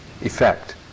effect